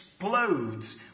explodes